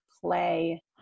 play